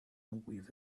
with